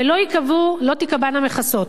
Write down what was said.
ולא תיקבענה מכסות.